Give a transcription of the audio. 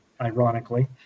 ironically